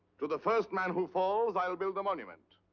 to the first man who falls, i'll build a monument.